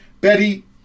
Betty